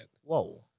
whoa